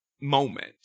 moment